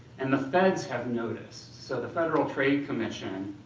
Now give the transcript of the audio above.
and the feds have noticed, so the federal trade commission